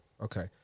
Okay